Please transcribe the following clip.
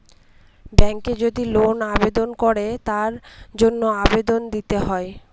ব্যাঙ্কে যদি লোন আবেদন করে তার জন্য আবেদন দিতে হয়